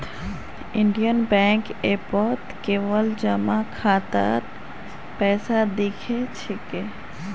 Indian बैंकेर ऐपत केवल जमा खातात पैसा दि ख छेक